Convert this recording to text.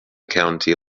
county